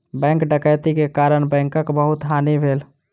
bank डकैती के कारण बैंकक बहुत हानि भेल